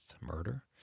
murder